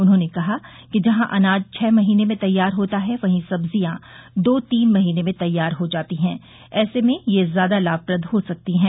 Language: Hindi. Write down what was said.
उन्होंने कहा कि जहां अनाज छह महीने में तैयार होता है वहीं सब्जियां दो तीन महीने में तैयार हो जाती है ऐसे में यह ज्यादा लाभप्रद हो सकती है